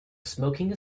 smoking